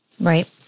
Right